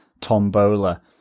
Tombola